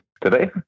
Today